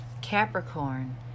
Capricorn